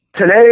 Today